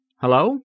Hello